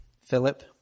Philip